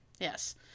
Yes